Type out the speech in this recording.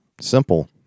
Simple